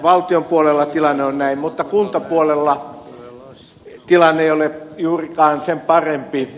valtion puolella tilanne on näin eikä kuntapuolella tilanne ole juurikaan sen parempi